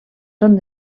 són